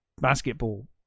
basketball